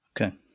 okay